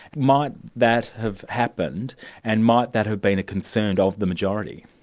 might that have happened and might that have been a concern of the majority?